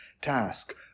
task